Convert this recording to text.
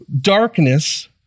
darkness